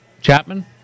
Chapman